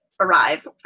arrive